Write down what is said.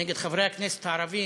נגד חברי הכנסת הערבים,